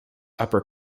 upper